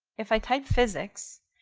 if i typed physics,